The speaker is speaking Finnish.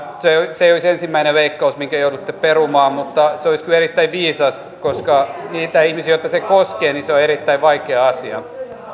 ei olisi ensimmäinen leikkaus minkä joudutte perumaan mutta se olisi kyllä erittäin viisas koska niille ihmisille joita se koskee se on erittäin vaikea asia